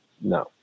no